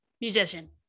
Musician